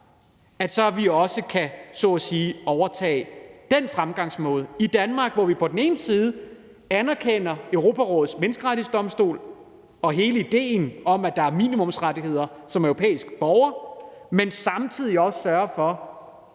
mellemvej, overtage den fremgangsmåde i Danmark, hvor vi både anerkender Den Europæiske Menneskerettighedsdomstol og hele idéen om, at der er minimumsrettigheder for europæiske borgere, men samtidig sørger for,